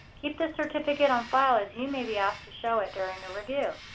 keep this certificate on file as you may be asked to show it during a review.